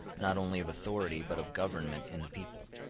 not only of authority, but of government, in the people.